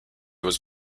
was